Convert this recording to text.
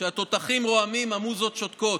"כשהתותחים רועמים המוזות שותקות",